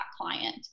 client